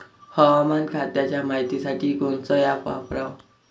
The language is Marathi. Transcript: हवामान खात्याच्या मायतीसाठी कोनचं ॲप वापराव?